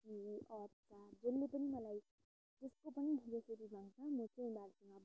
सब्जी अचार जसले पनि मलाई जेको पनि रेसिपी माग्छ म चाहिँ उनीहरूसँग